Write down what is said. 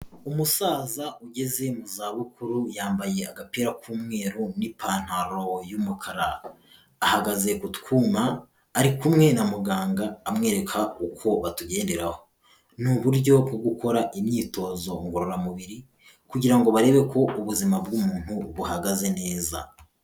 Umusaza ugeze mu za bukuru yambaye agapira k'umweru n'ipantaro y'umukara ahagaze kutwuma, ari kumwe na muganga amwereka uko batugenderaho. Ni uburyo bwo gukora imyitozo ngororamubiri, kugira ngo barebe ko ubuzima bw'umuntu buhagaze neza.